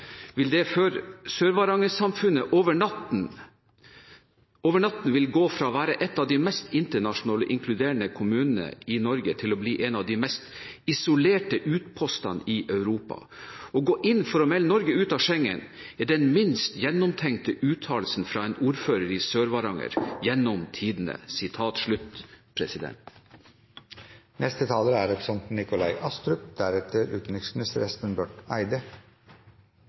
over natten gått fra å være et av de meste internasjonale og inkluderende kommunene i Norge til å bli en av de mest isolerte utpostene i Europa. Å gå inn for å melde Norge ut av Schengen er den minst gjennomtenkte uttalelsen fra en ordfører i Sør-Varanger gjennom